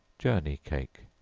journey cake.